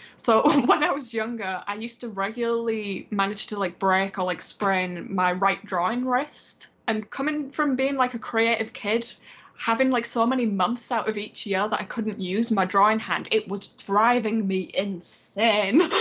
so when i was younger, i used to regularly manage to like break or like sprain my right drawing wrist um and from being like a creative kid having like so many months out of each year that i couldn't use my drawing hand. it was driving me insane! e